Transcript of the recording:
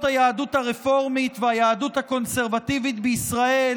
היהדות הרפורמית והיהדות הקונסרבטיבית בישראל